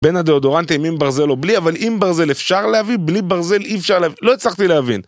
בין הדאודורנטים, עם ברזל או בלי, אבל עם ברזל אפשר להביא, בלי ברזל אי אפשר להביא, לא הצלחתי להבין.